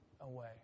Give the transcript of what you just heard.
away